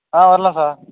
ஆ வரலாம் சார்